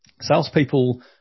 Salespeople